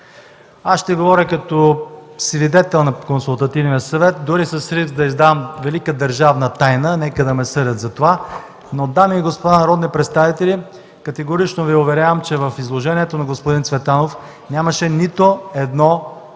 Аз ще говоря като свидетел на Консултативния съвет, дори с риск да издам велика държавна тайна – нека да ме съдят това. Дами и господа народни представители, категорично Ви уверявам, че в изложението на господин Цветанов нямаше нито едно пряко